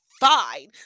fine